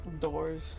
Doors